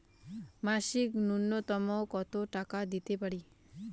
মাসিক নূন্যতম কত টাকা দিতে পারি?